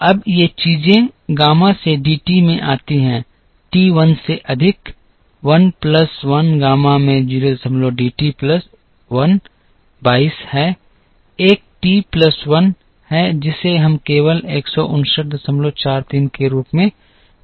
अब ये चीजें गामा से d t में आती हैं टी 1 से अधिक 1 प्लस 1 गामा में 02 डी टी प्लस 1 22 है एक टी प्लस 1 है जिसे हम केवल 15943 के रूप में गणना करते हैं